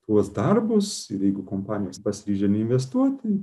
tuos darbus ir jeigu kompanijos pasiryžę neinvestuoti